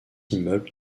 immeuble